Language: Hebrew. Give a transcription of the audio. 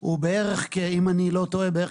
הוא בערך כ-80%.